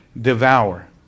devour